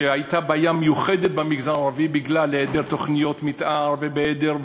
שכן הייתה בעיה מיוחדת במגזר הערבי בגלל היעדר תוכניות מתאר ובהיעדר,